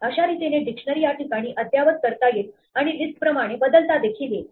अशा रीतीने डिक्शनरी या ठिकाणी अद्ययावत करता येईल आणि लिस्ट प्रमाणे बदलता देखील येईल